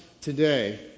today